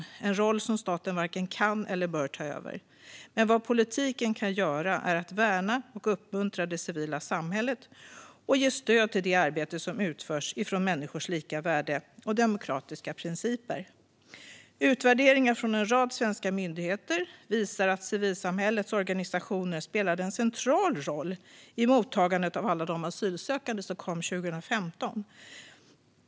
Det är en roll som staten varken kan eller bör ta över, men vad politiken kan göra är att värna och uppmuntra det civila samhället och ge stöd till det arbete som utförs utifrån människors lika värde och demokratiska principer. Utvärderingar från en rad svenska myndigheter visar att civilsamhällets organisationer spelade en central roll i mottagandet av alla de asylsökande som kom 2015.